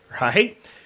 Right